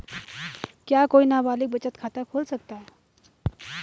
क्या कोई नाबालिग बचत खाता खोल सकता है?